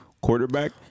quarterback